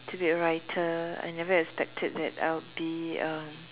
to be a writer I never expected that I'll be uh